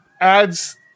Adds